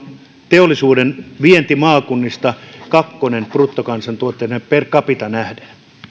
teollisuuden vientimaakunnista kakkonen bruttokansantuotteineen per capita nähden